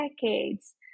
decades